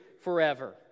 forever